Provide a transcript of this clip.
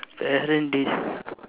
parent d~